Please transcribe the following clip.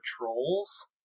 trolls